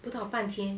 不到半天